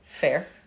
Fair